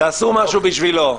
תעשו משהו בשבילו.